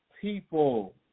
people